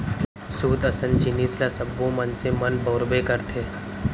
सूत असन जिनिस ल सब्बो मनसे मन बउरबे करथे